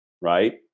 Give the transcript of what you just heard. Right